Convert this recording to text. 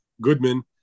Goodman